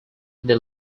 they